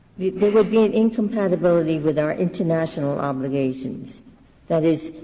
would be an incompatibility with our international obligations that is,